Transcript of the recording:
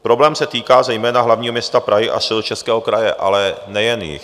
Problém se týká zejména hlavního města Prahy a Středočeského kraje, ale nejen jich.